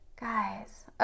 Guys